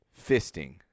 fisting